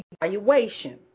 evaluation